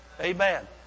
Amen